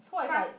so what if I